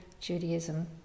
Judaism